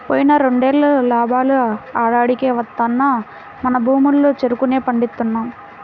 పోయిన రెండేళ్ళు లాభాలు ఆడాడికే వత్తన్నా మన భూముల్లో చెరుకునే పండిస్తున్నాం